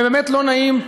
ובאמת לא נעים,